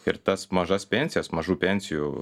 ir tas mažas pensijas mažų pensijų